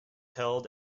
held